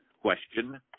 Question